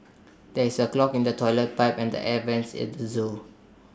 there is A clog in the Toilet Pipe and the air Vents at the Zoo